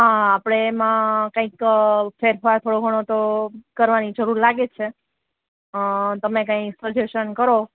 હા આપડે એમાં કાઈક ફેરફાર થોડો ઘણો તો કરવાની જરૂર લાગે છે અં તમે કાઇ સજેશન કરો